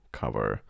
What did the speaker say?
cover